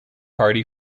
party